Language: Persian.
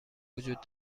وجود